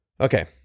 Okay